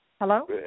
Hello